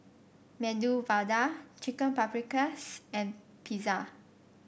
Medu Vada Chicken Paprikas and Pizza